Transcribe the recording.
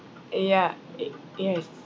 uh ya i~ yes